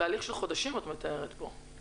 מתארת פה תהליך של חודשים את מתארת פה.